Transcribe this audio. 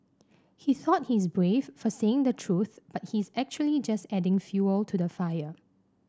he thought he's brave for saying the truth but he's actually just adding fuel to the fire